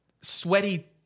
sweaty